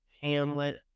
Hamlet